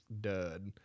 dud